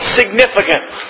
significant